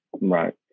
right